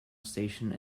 station